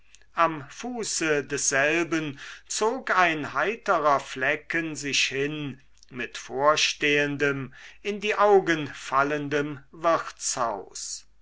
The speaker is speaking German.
am fuße desselben zog ein heiterer flecken sich hin mit vorstehendem in die augen fallendem wirtshaus